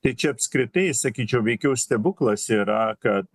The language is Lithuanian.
tai čia apskritai sakyčiau veikiau stebuklas yra kad